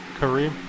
Kareem